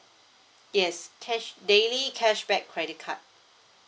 yes cash daily cashback credit card